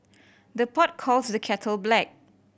the pot calls the kettle black